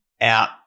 out